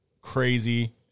crazy